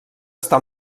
està